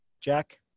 Jack